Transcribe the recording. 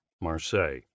Marseille